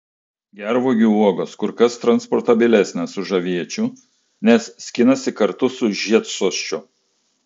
gervuogių uogos kur kas transportabilesnės už aviečių nes skinasi kartu su žiedsosčiu